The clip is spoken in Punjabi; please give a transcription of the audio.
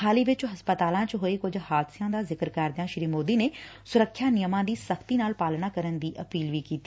ਹਾਲ ਹੀ ਵਿਚ ਹਸਪਤਾਲਾ ਚ ਹੋਏ ਕੁਝ ਹਾਦਸਿਆ ਦਾ ਜ਼ਿਕਰ ਕਰਦਿਆਂ ਸ੍ਰੀ ਮੋਦੀ ਨੇ ਸੁਰੱਖਿਆ ਨਿਯਮਾਂ ਦੀ ਸਖ਼ਤੀ ਨਾਲ ਪਾਲਣਾ ਕਰਨ ਦੀ ਅਪੀਲ ਕੀਤੀ